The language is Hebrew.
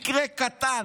מקרה קטן,